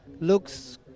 looks